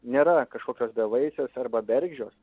nėra kažkokios bevaisės arba bergždžios